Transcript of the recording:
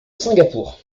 singapour